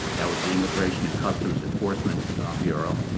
that was the immigration and customs enforcement bureau,